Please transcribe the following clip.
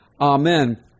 amen